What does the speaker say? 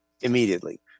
immediately